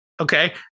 okay